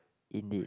indeed